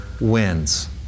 wins